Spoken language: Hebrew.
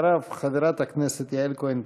אחריו, חברת הכנסת יעל כהן-פארן.